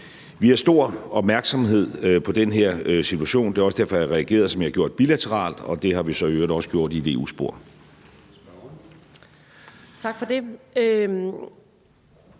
Vi har stor opmærksomhed på den her situation, og det er også derfor, jeg har reageret, som jeg har gjort, bilateralt, og det har vi så i øvrigt også gjort i et EU-spor. Kl.